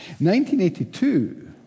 1982